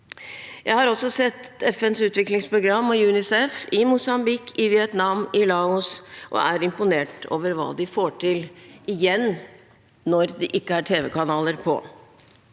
Jeg har sett FNs utviklingsprogram og UNICEF i Mosambik, Vietnam og Laos og er imponert over hva de får til – igjen: når det ikke er tv-kanaler på,